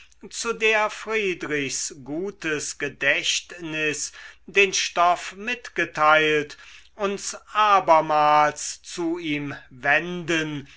zu der friedrichs gutes gedächtnis den stoff mitgeteilt uns abermals zu ihm wenden